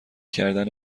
کردن